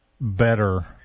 better